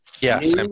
Yes